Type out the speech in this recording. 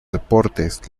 deportes